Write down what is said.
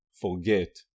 forget